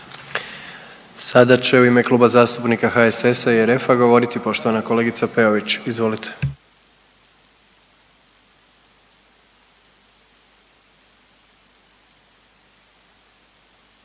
Sada će u ime Kluba zastupnika HSS i RF-a govoriti poštovana kolegica Peović. Izvolite.